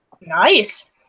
Nice